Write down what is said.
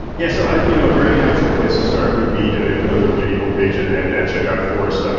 yeah so a you know a very natural place to start would be to go to the rigetti homepage and and and check out forest, um